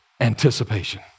anticipation